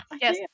Yes